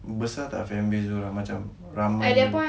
besar tak families diorang macam ramai